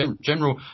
general